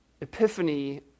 Epiphany